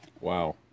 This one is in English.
Wow